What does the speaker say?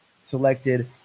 selected